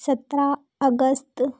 सत्रह अगस्त